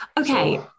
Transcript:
Okay